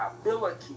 ability